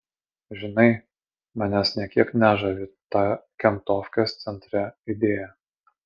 žinai manęs nė kiek nežavi ta kentofkės centre idėja